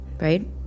right